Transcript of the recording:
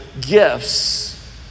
gifts